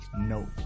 No